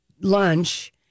lunch